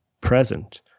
present